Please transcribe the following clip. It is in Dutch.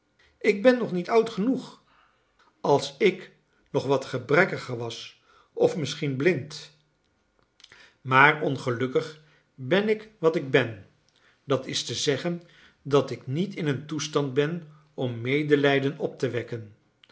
ik ben nog niet oud genoeg als ik nog wat gebrekkiger was of misschien blind maar ongelukkig ben ik wat ik ben dat is te zeggen dat ik niet in een toestand ben om medelijden op te wekken